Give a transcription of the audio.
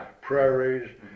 prairies